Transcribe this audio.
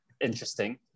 interesting